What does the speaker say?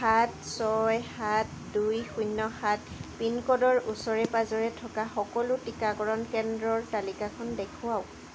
সাত ছয় সাত দুই শূন্য সাত পিনক'ডৰ ওচৰে পাঁজৰে থকা সকলো টীকাকৰণ কেন্দ্ৰৰ তালিকাখন দেখুৱাওক